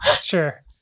Sure